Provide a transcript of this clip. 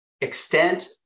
extent